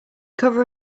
cover